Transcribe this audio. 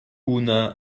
una